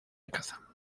caza